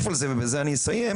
הללו.